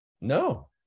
No